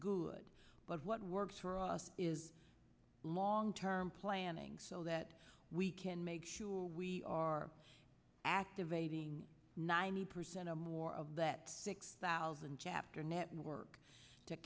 good but what works for us is long term planning so that we can make sure we are activating ninety percent or more of that six thousand chapter network to